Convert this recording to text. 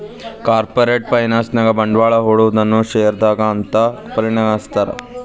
corporate finance ನ್ಯಾಗ ಬಂಡ್ವಾಳಾ ಹೂಡೊನನ್ನ ಶೇರ್ದಾರಾ ಅಂತ್ ಪರಿಗಣಿಸ್ತಾರ